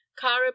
Kara